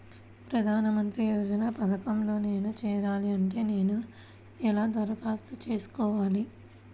ప్రధాన మంత్రి యోజన పథకంలో నేను చేరాలి అంటే నేను ఎలా దరఖాస్తు చేసుకోవాలి?